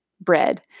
bread